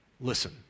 Listen